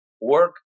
work